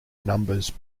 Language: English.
numbers